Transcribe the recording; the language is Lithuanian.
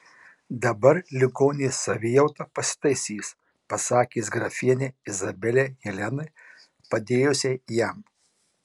dabar ligonės savijauta pasitaisys pasakė jis grafienei izabelei helenai padėjusiai jam